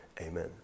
Amen